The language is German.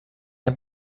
ein